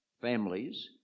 families